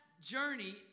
journey